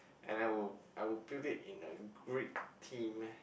and I would I would build it in a Greek theme